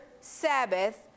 Sabbath